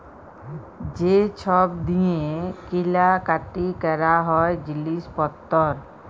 যে ছব দিঁয়ে কিলা কাটি ক্যরা হ্যয় জিলিস পত্তর